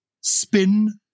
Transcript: spin